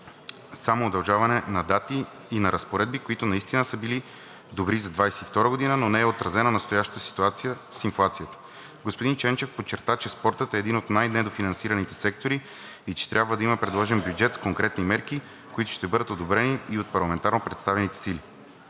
само удължаване на дати и на разпоредби, които наистина са били добри за 2022 г., но не е отразена настоящата ситуация с инфлацията. Господин Ченчев подчерта, че спортът е един от най-недофинансираните сектори и че трябва да има предложен бюджет с конкретни мерки, които ще бъдат одобрени и от парламентарно представените сили.